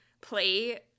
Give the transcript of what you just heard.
play